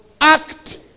act